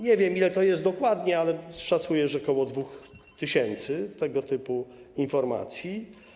Nie wiem, ile jest dokładnie, ale szacuję, że ok. 2 tys. tego typu informacji.